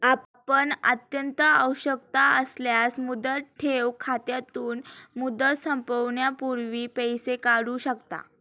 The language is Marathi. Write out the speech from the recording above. आपण अत्यंत आवश्यकता असल्यास मुदत ठेव खात्यातून, मुदत संपण्यापूर्वी पैसे काढू शकता